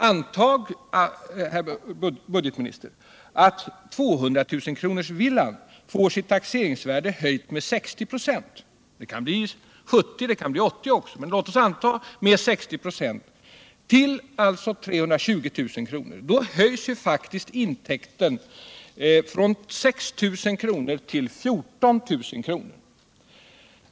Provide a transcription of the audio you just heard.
Antag, herr budgetminister, att 200 000-kronorsvillan får sitt taxeringsvärde höjt med 60 96. Det kan bli 70 96 och även 80 96, men låt oss antaga att taxeringsvärdet höjs med 60 96 till 320 000 kr. Då höjs faktiskt intäkten från 6 000 till 14000 kr.